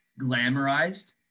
glamorized